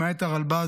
למעט הרלב"ד,